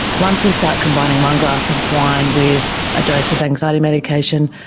once we start combining one glass of wine with a dose of anxiety medication,